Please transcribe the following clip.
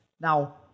Now